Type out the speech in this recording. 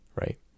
right